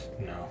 No